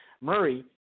Murray